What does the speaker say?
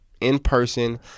in-person